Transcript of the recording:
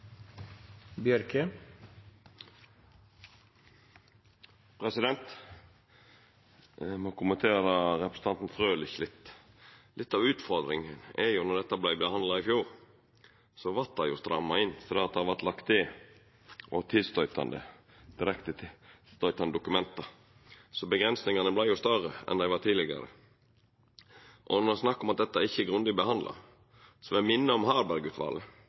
dette vart handsama i fjor, vart det jo stramma inn, for det vart lagt til at det gjaldt dokument som har direkte tilknyting, så avgrensingane vart jo større enn dei var tidlegare. Og når ein snakkar om at dette ikkje er grundig handsama, vil eg minna om